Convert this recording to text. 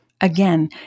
Again